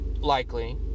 likely